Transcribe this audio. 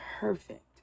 perfect